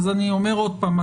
אני אומר עוד פעם,